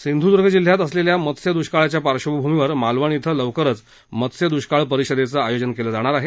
सिंधूदर्ग जिल्ह्यात असलेल्या मत्स्यदुष्काळाच्या पार्श्वभूमीवर मालवण इथं लवकरच मत्स्यद्वष्काळ परिषदेचं आयोजन केलं जाणार आहे